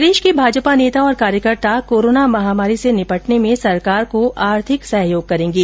प्रदेश के भाजपा नेता और कार्यकर्ता कोरोना महामारी से निपटने में सरकार को आर्थिक सहयोग करेंगे